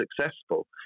successful